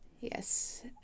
Yes